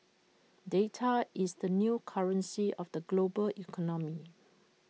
data is the new currency of the global economy